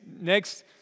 next